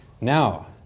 Now